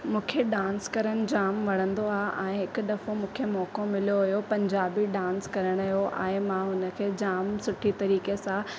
मूंखे डांस करणु जाम वणंदो आहे ऐं हिकु दफ़ो मूंखे मौक़ो मिलियो हुयो पंजाबी डांस करण जो ऐं मां हुन खे जाम सुठी तरीके सां